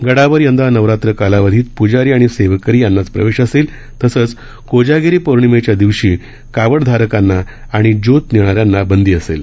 गडावर यंदा नवरात्र कालावधीत प्जारी आणि सेवेकरी यांनाच प्रवेश असेल तसंच कोजागिरी पौर्णिमेच्या दिवशी कावडधारकांना आणि ज्योत नेणा यांना बंदी असेल